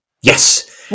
yes